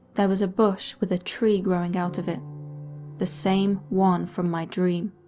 there was a bush with a tree growing out of it the same one from my dream.